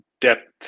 depth